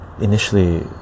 initially